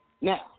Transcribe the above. Now